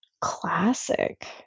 classic